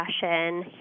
discussion